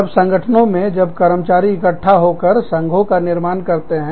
जब संगठनों जब कर्मचारीगण इकट्ठा होकर संघों का निर्माण करते हैं